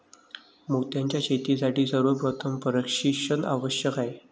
मोत्यांच्या शेतीसाठी सर्वप्रथम प्रशिक्षण आवश्यक आहे